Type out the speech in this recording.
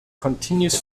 continuous